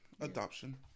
Adoption